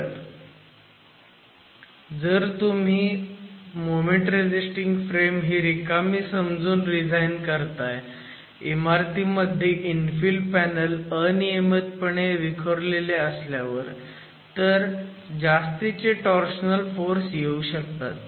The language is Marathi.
परत जर तुम्ही मोमेंट रेझिस्टिंग फ्रेम ही रिकामी समजून डिझाईन करताय इमारतीमध्ये इन्फिल पॅनल अनियमितपणे विखुरले असल्यावर तर जास्तीचे टोर्शनल फोर्स येऊ शकतात